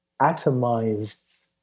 atomized